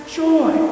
joy